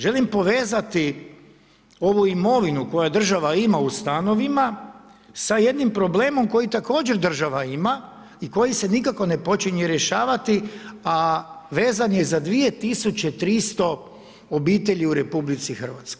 Želim povezati ovu imovinu koju država ima u stanovima sa jednim problemom koji također država ima i koji se nikako ne počinje rješavati, a vezan je za 2300 obitelji u RH.